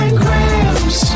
grams